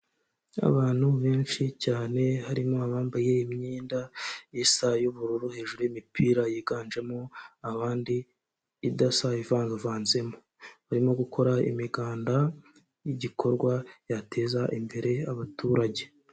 Abantu benshi cyane harimo abambaye imyenda isa y'ubururu hejuru y'imipira yiganjemo abandi idasa ivanganzemo, barimo gukora imiganda y'igikorwa yateza imbere abaturage.